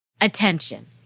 attention